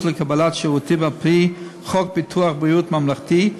לקבלת שירותים על-פי חוק ביטוח בריאות ממלכתי,